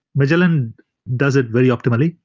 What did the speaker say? magellan does it very optimally.